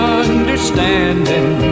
understanding